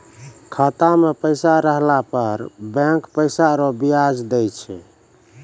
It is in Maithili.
खाता मे पैसा रहला पर बैंक पैसा रो ब्याज दैय छै